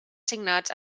assignats